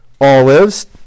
olives